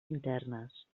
internes